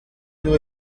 you